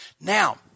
Now